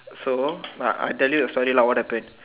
so uh I tell you the story lah what happened